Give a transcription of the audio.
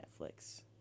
Netflix